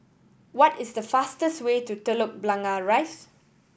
what is the fastest way to Telok Blangah Rise